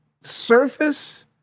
Surface